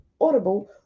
Audible